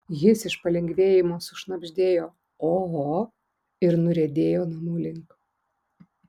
jis iš palengvėjimo sušnabždėjo oho ir nuriedėjo namų link